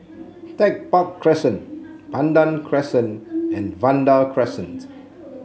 Tech Park Crescent Pandan Crescent and Vanda Crescent